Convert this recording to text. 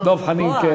דב חנין, כן.